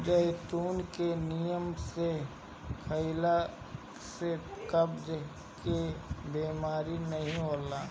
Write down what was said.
जैतून के नियम से खइला से कब्ज के बेमारी नाइ होला